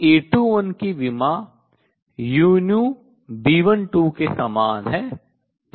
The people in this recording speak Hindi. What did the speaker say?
तो A21 की विमा uTB12 के समान हैं